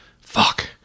Fuck